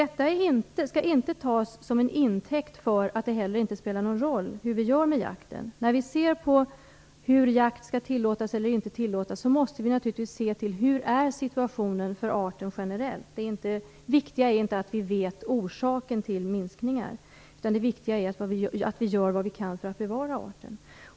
Detta skall inte tas till intäkt för att det inte spelar någon roll hur vi gör med jakten. När vi ser på om jakt skall tillåtas eller inte måste vi se till vilken situationen är för arten generellt. Det viktiga är inte att vi vet orsaken till minskningar, utan det viktiga är att vi gör vad vi kan för att bevara arten.